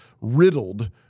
riddled